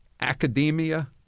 academia